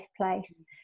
place